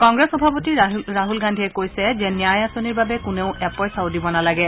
কংগ্ৰেছ সভাপতি ৰাহুল গান্ধীয়ে কৈছে যে ন্যায় আঁচনিৰ বাবে কোনেও এপইচাও দিব নালাগে